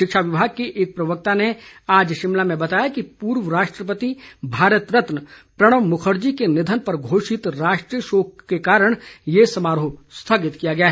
शिक्षा विभाग के एक प्रवक्ता ने आज शिमला में बताया कि पूर्व राष्ट्रपति भारत रत्न प्रणब मुखर्जी के निधन पर घोषित राष्ट्रीय शोक के कारण ये समारोह स्थगित किया गया है